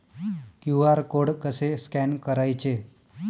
QR code कसे scan करायचे?